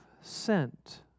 sent